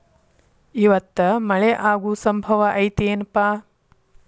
ಇವತ್ತ ಮಳೆ ಆಗು ಸಂಭವ ಐತಿ ಏನಪಾ?